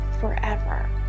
forever